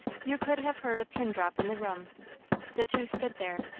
you could have heard a pin drop in the room the two stood there,